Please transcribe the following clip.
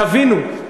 תבינו,